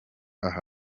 aha